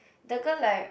the girl like